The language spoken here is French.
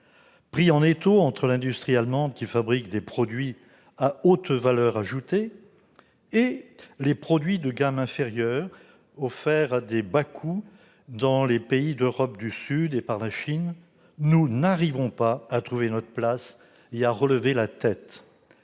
Pris en étau entre l'industrie allemande, qui fabrique des produits à haute valeur ajoutée, et les produits de gamme inférieure offerts à bas coûts par les pays d'Europe du Sud et par la Chine, nous n'arrivons pas à trouver notre place et à relever la tête.